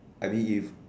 I mean if